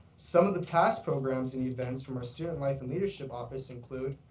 some of the past programs and events from our student life and leadership office include